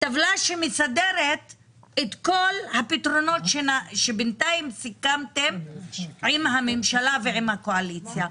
טבלה שמסדרת את כל הפתרונות שבינתיים סיכמתם עם הממשלה ועם הקואליציה.